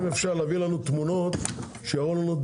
אם אפשר להביא לנו תמונות שיראו לנו את